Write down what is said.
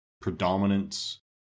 predominance